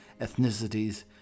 ethnicities